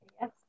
yes